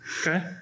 okay